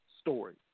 story